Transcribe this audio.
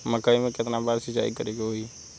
मकई में केतना बार सिंचाई करे के होई?